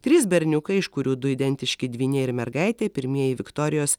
trys berniukai iš kurių du identiški dvyniai ir mergaitė pirmieji viktorijos